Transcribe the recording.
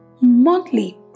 monthly